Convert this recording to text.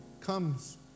comes